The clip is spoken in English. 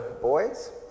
boys